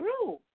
true